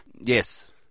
Yes